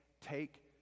take